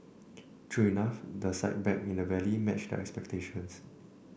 true enough the sight back in the valley matched their expectations